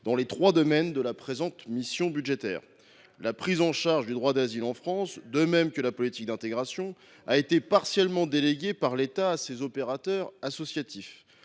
dans les trois domaines de la présente mission budgétaire. La prise en charge du droit d’asile en France, de même que la politique d’intégration, a été partiellement déléguée par l’État à ces opérateurs associatifs.